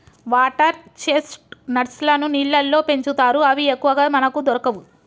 water chestnuts లను నీళ్లల్లో పెంచుతారు అవి ఎక్కువగా మనకు దొరకవు